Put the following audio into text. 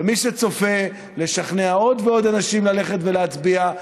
ומי שצופה, לשכנע עוד ועוד אנשים ללכת ולהצביע.